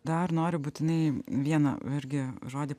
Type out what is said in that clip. dar noriu būtinai vieną irgi žodį